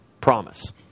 Promise